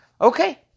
Okay